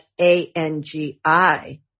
A-N-G-I